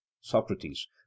socrates